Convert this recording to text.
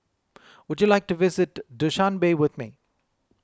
would you like to visit Dushanbe with me